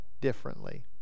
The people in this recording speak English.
differently